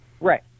Right